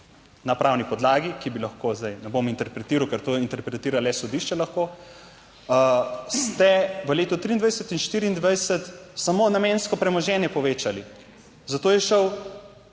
na pravni podlagi, ki bi lahko zdaj, ne bom interpretiral, ker to interpretira le sodišče lahko, ste v letu 2023 in 2024 samo namensko premoženje povečali. Za to je šel